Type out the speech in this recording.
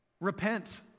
Repent